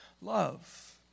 love